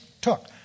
took